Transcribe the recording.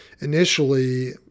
initially